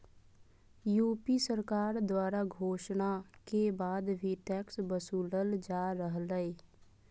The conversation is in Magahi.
यू.पी सरकार द्वारा घोषणा के बाद भी टैक्स वसूलल जा रहलय